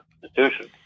Constitution